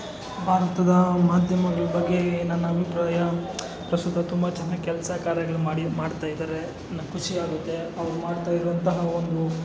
ಭಾರತದ ಮಾಧ್ಯಮಗಳ ಬಗ್ಗೆ ನನ್ನ ಅಭಿಪ್ರಾಯ ಪ್ರಸ್ತುತ ತುಂಬ ಚೆನ್ನಾಗಿ ಕೆಲಸ ಕಾರ್ಯಗಳು ಮಾಡಿ ಮಾಡ್ತಾಯಿದ್ದಾರೆ ನನ್ ಖುಷಿಯಾಗುತ್ತೆ ಅವರು ಮಾಡ್ತಾಯಿರುವಂತಹ ಒಂದು